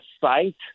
site